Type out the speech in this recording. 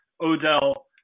Odell